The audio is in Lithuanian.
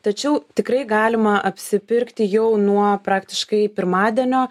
tačiau tikrai galima apsipirkti jau nuo praktiškai pirmadienio